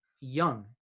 young